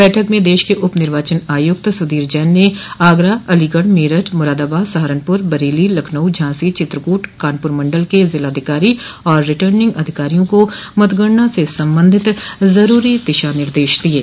बैठक में देश के उप निर्वाचन आयुक्त सुधीर जैन ने आगरा अलीगढ़ मेरठ मुरादाबाद सहारनप़र बरेली लखनऊ झांसी चित्रकूट कानपुर मंडल के जिलाधिकारी और रिटर्निंग अधिकारियों को मतगणना से संबंधित जरूरी दिशा निर्देश दिये